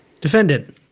Defendant